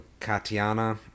Katiana